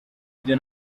byo